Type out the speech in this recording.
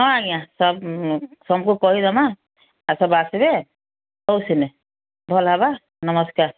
ହଁ ଆଜ୍ଞା ସବୁ କହିଦମା ସବୁ ଆସିବେ ହଉ ସିନେ ଭଲ ହବା ନମସ୍କାର